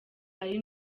ari